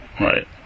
Right